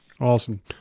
Awesome